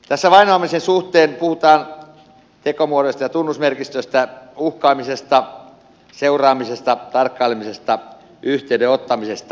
tässä vainoamisen suhteen puhutaan tekomuodoista ja tunnusmerkistöstä uhkaamisesta seuraamisesta tarkkailemisesta yhteyden ottamisesta